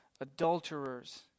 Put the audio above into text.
adulterers